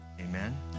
Amen